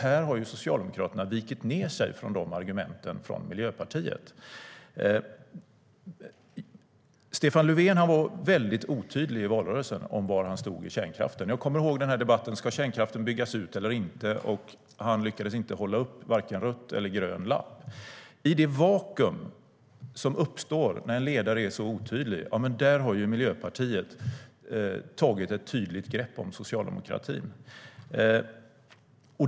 Här har Socialdemokraterna vikt ned sig för de argumenten från Miljöpartiet. Stefan Löfven var väldigt otydlig i valrörelsen om var han stod om kärnkraften. Jag kommer ihåg debatten där man frågade: Ska kärnkraften byggas ut eller inte? Han lyckades inte hålla upp vare sig grön eller röd lapp. I det vakuum som uppstått när en ledare är så otydlig har Miljöpartiet tagit ett tydligt grepp om Socialdemokraterna.